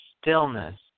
stillness